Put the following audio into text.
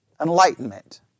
enlightenment